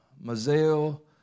Mazel